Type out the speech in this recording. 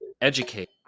educate